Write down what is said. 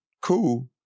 cool